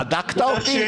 בדקת אותי?